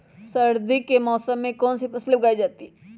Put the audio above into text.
सर्दी के मौसम में कौन सी फसल उगाई जाती है?